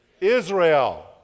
Israel